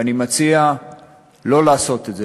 ואני מציע לא לעשות את זה,